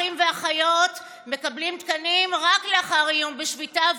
אחים ואחיות מקבלים תקנים רק לאחר איום בשביתה,